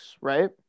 right